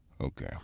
okay